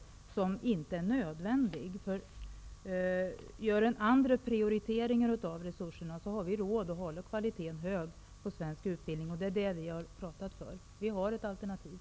Detta är inte heller nödvändigt, för om vi gör en annan prioritering av resurserna har vi råd att hålla en hög kvalitet på svensk utbildning. Det är det vi har talat för, och vi har ett alternativ.